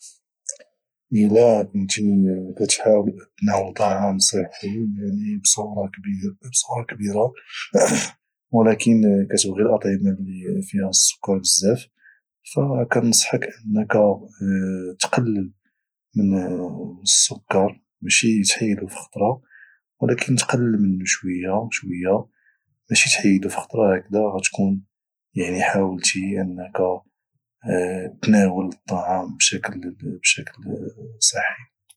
الى كنتي كتحاول تناول طعام صحي يعني بصورة كبيرة ولكن كتبغي الأطعمة اللي فيها السكر بزاف فكنصحك انك تقلل من السكر ماشي تحيدو فخطرا ولكن تقلل منو شوية شوية ماشي تحيدو فخطرا هاكدا غاتكون يعني حاولتي انك تناول الطعام بشكل صحي